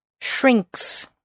shrinks